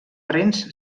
rens